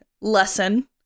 lesson